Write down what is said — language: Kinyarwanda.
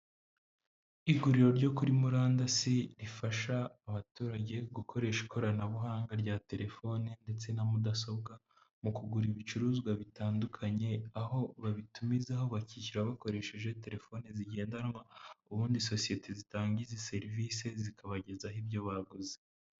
Iguriro ryo kuri murandasi rifasha abaturage gukoresha ikoranabuhanga rya telefoni ndetse na mudasobwa mu kugura ibicuruzwa bitandukanye, aho babitumizaho bakishyura bakoresheje telefoni zigendanwa, ubundi sosiyete zitanga izi serivisi zikabagezaho ibyo baguze.